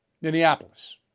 Minneapolis